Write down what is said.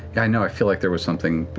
yeah know, i feel like there was something but